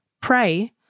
pray